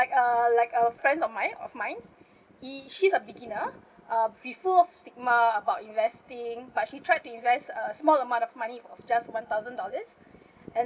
like uh like a friend of mine of mine he she's a beginner uh be full stigma about investing but she tried to invest a small amount of money of just one thousand dollars and